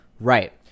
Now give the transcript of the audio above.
Right